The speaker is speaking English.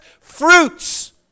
fruits